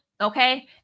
Okay